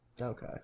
Okay